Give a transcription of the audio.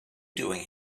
doing